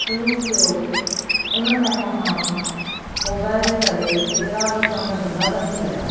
शुरू थियो उन टाईम खां मोबाइल जे करे केतिरा ई कमु धंधा बंदि थी विया